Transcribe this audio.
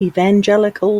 evangelical